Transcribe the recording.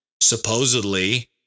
supposedly